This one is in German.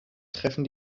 treffen